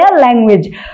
language